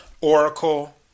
Oracle